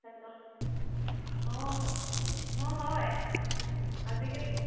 hello অঁ অঁ হয় আজিকালি